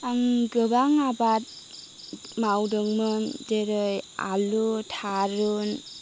आं गोबां आबाद मावदोंमोन जेरै आलु थारुन